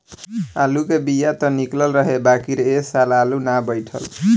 आलू के बिया त निकलल रहे बाकिर ए साल आलू ना बइठल